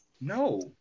No